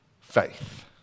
faith